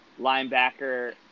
linebacker